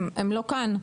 הם לא כאן,